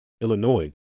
Illinois